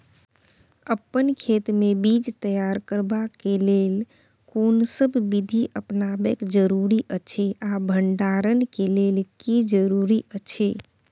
अपन खेत मे बीज तैयार करबाक के लेल कोनसब बीधी अपनाबैक जरूरी अछि आ भंडारण के लेल की जरूरी अछि?